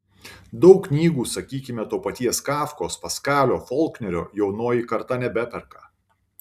daug knygų sakykime to paties kafkos paskalio folknerio jaunoji karta nebeperka